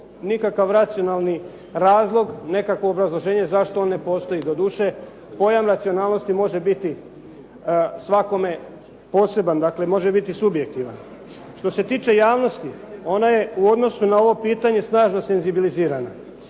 nikakav racionalni razlog, nekakvo obrazloženje zašto on ne postoji. Doduše, pojam nacionalnosti može biti svakome poseban, dakle može biti subjektivan. Što se tiče javnosti ona je u odnosu na ovo pitanje snažno senzibilizirana.